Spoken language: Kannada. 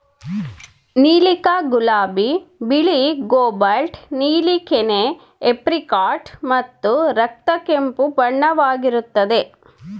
ನೀಲಕ ಗುಲಾಬಿ ಬಿಳಿ ಕೋಬಾಲ್ಟ್ ನೀಲಿ ಕೆನೆ ಏಪ್ರಿಕಾಟ್ ಮತ್ತು ರಕ್ತ ಕೆಂಪು ಬಣ್ಣವಾಗಿರುತ್ತದೆ